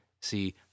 See